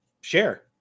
share